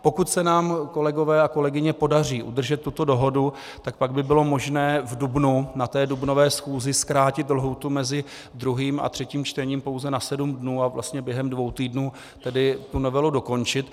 Pokud se nám, kolegyně a kolegové, podaří udržet tuto dohodu, tak pak by bylo možné v dubnu, na té dubnové schůzi, zkrátit lhůtu mezi druhým a třetím čtením pouze na sedm dnů a vlastně během dvou týdnů tedy novelu dokončit.